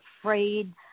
afraid